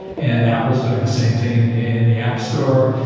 and apple's doing the same thing in the in the app store.